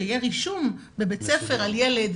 שיהיה רישום בבית ספר על ילד,